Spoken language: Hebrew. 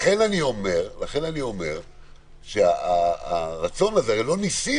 לכן אני אומר שהרצון הזה הרי לא ניסינו.